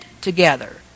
together